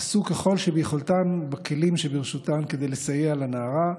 עשו ככל שביכולתן בכלים שברשותן כדי לסייע לנערה.